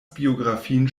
biografien